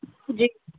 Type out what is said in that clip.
جی